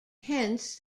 hence